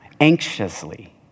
anxiously